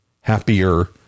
happier